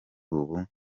ubu